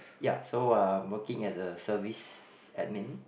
ya so I'm working as a service admin